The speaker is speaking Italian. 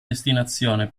destinazione